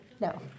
no